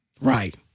Right